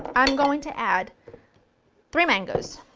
i'm going to add three mangoes,